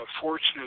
fortunate